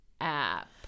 app